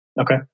okay